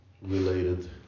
related